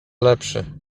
lepszy